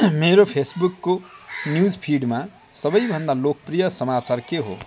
मेरो फेसबुकको न्युजफिडमा सबैभन्दा लोकप्रिय समाचार के हो